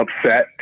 upset